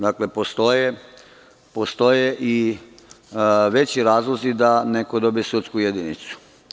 Dakle, postoje i veći razlozi da neko dobije sudsku jedinicu.